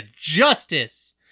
justice